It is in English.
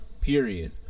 period